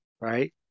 right